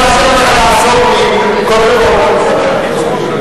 הכנסת, אני אאפשר לך לעזור לי.